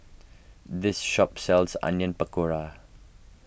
this shop sells Onion Pakora